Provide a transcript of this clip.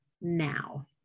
now